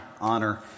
honor